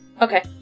Okay